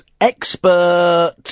expert